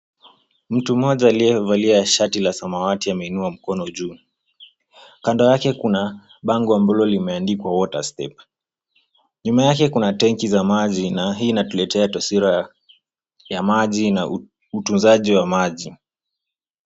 Mtu mmoja aliyevalia shati la samawati anainua mkono juu. Kando yake kuna bango ambalo limeandikwa Water step . Nyuma yake kuna tanki za maji. Hii inatuletea taswira ya maji na utunzaji wa maji.